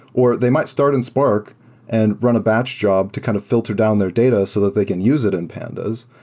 or they might start in spark and run a batch job to kind of filter down their data so that they can use it in pandas.